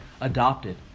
Adopted